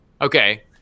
Okay